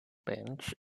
bench